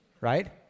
Right